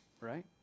right